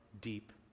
deep